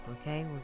okay